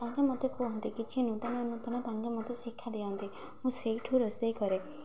ତାଙ୍କେ ମୋତେ କୁହନ୍ତି କିଛି ନୂତନ ନୂତନ ତାଙ୍କେ ମୋତେ ଶିକ୍ଷା ଦିଅନ୍ତି ମୁଁ ସେଇଠୁ ରୋଷେଇ କରେ